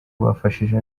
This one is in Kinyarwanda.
bafashije